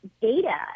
data